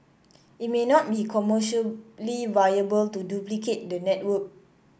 it may not be commercially viable to duplicate the network